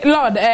Lord